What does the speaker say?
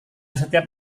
setiap